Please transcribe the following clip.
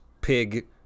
pig